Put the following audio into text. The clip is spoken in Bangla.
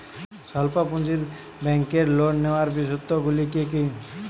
স্বল্প পুঁজির ব্যাংকের লোন নেওয়ার বিশেষত্বগুলি কী কী?